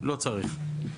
לא צריך.